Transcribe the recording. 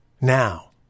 Now